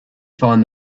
find